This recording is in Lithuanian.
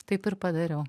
taip ir padariau